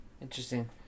Interesting